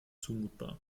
zumutbar